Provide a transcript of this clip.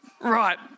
Right